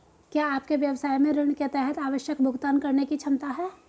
क्या आपके व्यवसाय में ऋण के तहत आवश्यक भुगतान करने की क्षमता है?